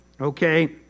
okay